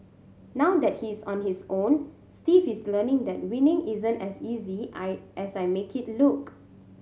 now that he is on his own Steve is learning that winning isn't as easy I as I make it look